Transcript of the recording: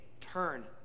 Turn